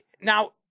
now